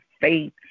faith